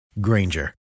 Granger